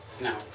No